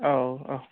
औ औ